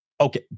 Okay